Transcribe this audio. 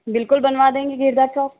बिल्कुल बनवा देंगे घेरदार फ्रॉक